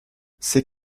ses